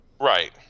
Right